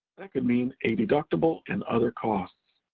that could mean a deductible and other costs.